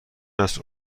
است